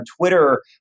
Twitter